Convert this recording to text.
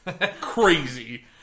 crazy